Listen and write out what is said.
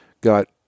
got